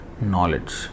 knowledge